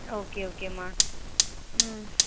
okay ஓகேம்மா ம்